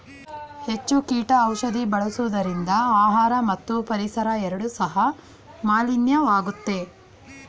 ಹೆಚ್ಚು ಕೀಟ ಔಷಧಿ ಬಳಸುವುದರಿಂದ ಆಹಾರ ಮತ್ತು ಪರಿಸರ ಎರಡು ಸಹ ಮಾಲಿನ್ಯವಾಗುತ್ತೆ